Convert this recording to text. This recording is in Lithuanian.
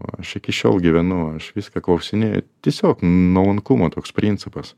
o aš iki šiol gyvenu aš viską klausinėju tiesiog nuolankumo toks principas